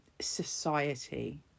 society